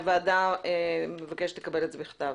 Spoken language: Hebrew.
הוועדה מבקשת לקבל את זה בכתב,